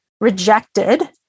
rejected